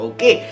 Okay